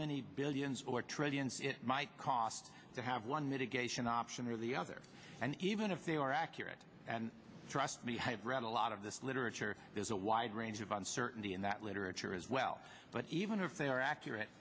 many billions or trillions it might cost to have one mitigation option or the other and even if they are accurate and trust me i've read a lot of this literature there's a wide range of uncertainty in that literature as well but even if they are accurate